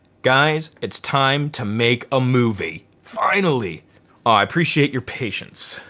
guys it's time to make a movie. finally. oh i appreciate your patience.